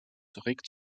regt